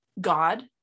God